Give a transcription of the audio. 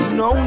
no